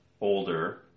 older